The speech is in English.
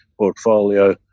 portfolio